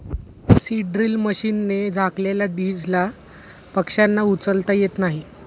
seed drill मशीनने झाकलेल्या दीजला पक्ष्यांना उचलता येत नाही